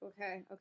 Okay